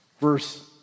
Verse